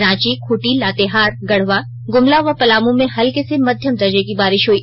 रांची खुंटी लातेहार गढवा गुमला व पलामु में हल्के से मध्यम दर्जे की बारिश हई